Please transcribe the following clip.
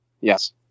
Yes